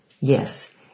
Yes